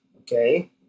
okay